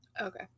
Okay